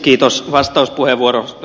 kiitos vastauspuheenvuorosta